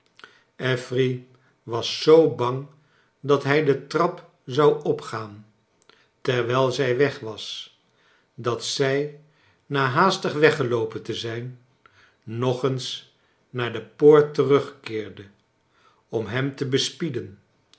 affery was zoo bang dat hij de trap zou opgaan terwijl zij weg was dat zij na haastig weggeloopen te zijn nog eens naar de poort terugkeerde om hem te bespieden